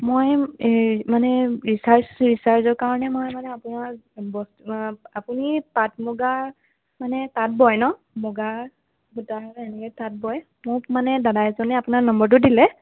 মই মানে ৰিচাৰ্ছ ৰিচাৰ্ছৰ কাৰণে মই মানে আপোনাক আপুনি পাট মুগাৰ মানে তাঁত বয় ন' মুগাৰ সূতাৰ এনেকৈ তাঁত বয় মোক মানে দাদা এজনে আপোনাৰ নম্বৰটো দিলে